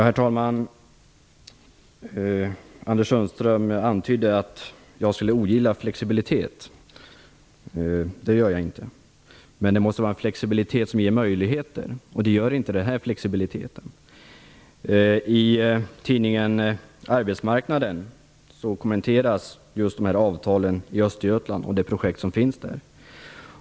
Herr talman! Anders Sundström antydde att jag skulle ogilla flexibilitet. Det gör jag inte. Men det måste vara en flexibilitet som ger möjligheter, och det gör inte den här flexibiliteten. I tidningen Arbetsmarknaden kommenteras just avtalen i Östergötland och projektet där.